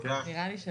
תודה רבה.